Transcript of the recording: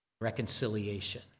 reconciliation